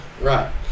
Right